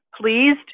pleased